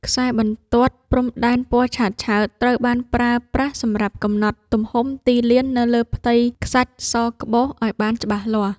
ខ្សែបន្ទាត់ព្រំដែនពណ៌ឆើតៗត្រូវបានប្រើប្រាស់សម្រាប់កំណត់ទំហំទីលាននៅលើផ្ទៃខ្សាច់សក្បុសឱ្យបានច្បាស់លាស់។